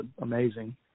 amazing